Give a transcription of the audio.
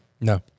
No